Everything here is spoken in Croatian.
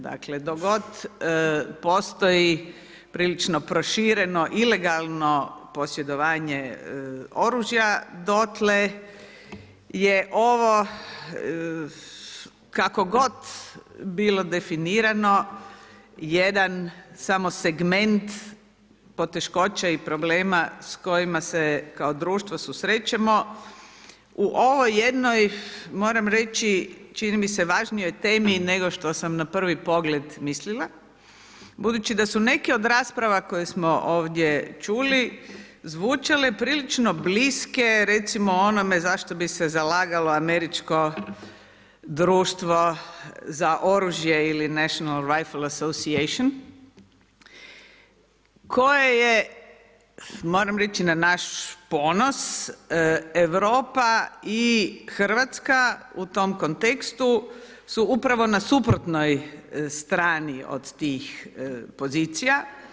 Dakle dok god postoji prilično prošireno ilegalno posjedovanje oružja, dotle je ovo kako god bilo definirano jedan samo segment poteškoće i problema s kojima se kao društvo susrećemo u ovoj jednoj moram reći čini mi se važnijoj temi nego što sam na prvi pogled mislila, budući da su neke od rasprava koje smo ovdje čuli zvučale prilično bliske recimo onome za što bi se zalagalo američko društvo za oružje ili National … koje je moram reći na naš ponos Europa i Hrvatska u tom kontekstu su upravo na suprotnoj strani od tih pozicija.